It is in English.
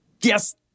Yes